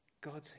God